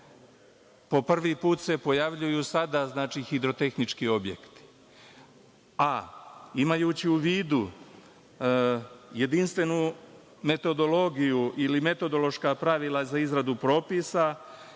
Po prvi put se pojavljuju sada „hidrotehnički objekti“, a imajući u vidu jedinstvenu metodologiju ili metodološka pravila za izradu propisa